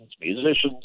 musicians